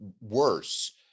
worse